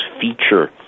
feature